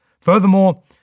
Furthermore